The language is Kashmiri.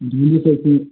ٹھیٖک حظ ٹھیٖک